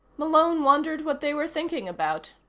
malone wondered what they were thinking about,